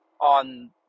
on